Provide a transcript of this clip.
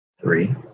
three